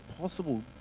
possible